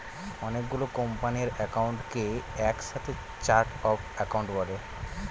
অনেকগুলো কোম্পানির একাউন্টকে এক সাথে চার্ট অফ একাউন্ট বলে